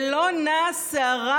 ולא נעה שערה